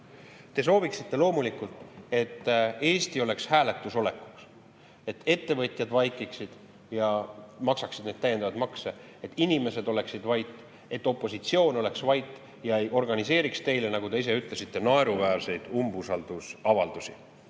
Te sooviksite loomulikult, et Eesti oleks hääletus olekus, et ettevõtjad vaikiksid ja maksaksid täiendavaid makse. Et inimesed oleksid vait, et opositsioon oleks vait ega organiseeriks teile, nagu te ise ütlesite, naeruväärseid umbusaldusavaldusi.